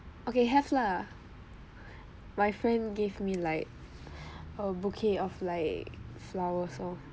okay have lah my friend gave me like a bouquet of like flowers lor